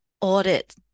audit